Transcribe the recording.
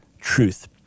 Truth